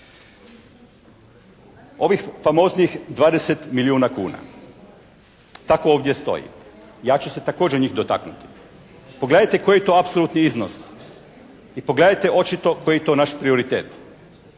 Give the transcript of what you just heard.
Ovih famoznih 20 milijuna kuna, tako ovdje stoji. Ja ću se također njih dotaknuti. Pogledajte koji je to apsolutni iznos i pogledajte očito koji je to naš prioritet.